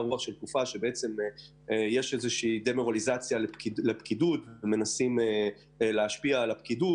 רוח של תקופה של דה-מורליזציה וניסיון השפעה על הפקידות.